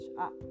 up